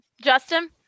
Justin